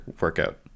workout